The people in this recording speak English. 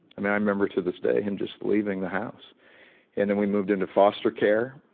um and i remember to this day him just leaving the house and then we moved into foster care,